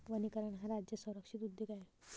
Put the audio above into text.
वनीकरण हा राज्य संरक्षित उद्योग आहे